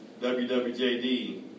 WWJD